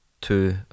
two